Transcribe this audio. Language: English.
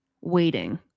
waiting